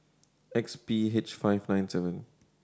X P H five nine seven